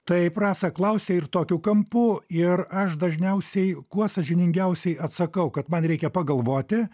taip rasa klausia ir tokiu kampu ir aš dažniausiai kuo sąžiningiausiai atsakau kad man reikia pagalvoti